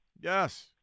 Yes